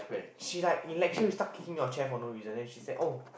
she like in lecture will start kicking your chair for no reason then she say oh